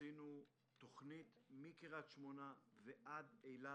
עשינו תוכנית מקריית שמונה ועד אילת,